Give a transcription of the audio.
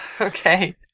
Okay